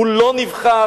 הוא לא נבחר